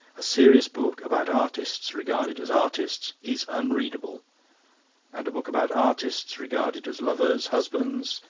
a serious book about artists regarded as artists is unreadable and a book about artists regarded as lovers, husbands,